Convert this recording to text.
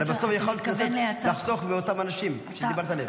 יכולת לחסוך לאותם אנשים שדיברת עליהם.